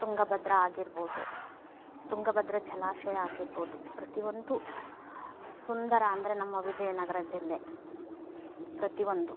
ತುಂಗಭದ್ರಾ ಆಗಿರ್ಬೋದು ತುಂಗಭದ್ರಾ ಜಲಾಶಯ ಆಗಿರ್ಬೋದು ಪ್ರತಿಯೊಂದು ಸುಂದರ ಅಂದರೆ ನಮ್ಮ ವಿಜಯನಗರ ಜಿಲ್ಲೆ ಪ್ರತಿಯೊಂದು